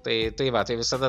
tai tai va tai visada